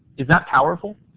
is that powerful?